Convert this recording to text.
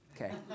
Okay